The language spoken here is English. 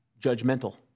judgmental